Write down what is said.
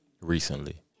Recently